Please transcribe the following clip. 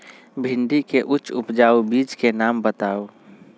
भिंडी के उच्च उपजाऊ बीज के नाम बताऊ?